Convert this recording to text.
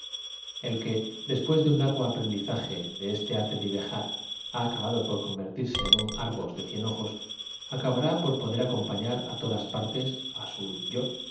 l que des pués de un largo aprendizaje en este arte de viajar ha acabado por convertirse en un argos de cien ojos acabará por poder acompañar á todas partes su to